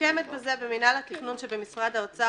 מוקמת בזה במינהל התכנון שבמשרד האוצר